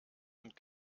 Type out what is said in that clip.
und